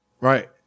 Right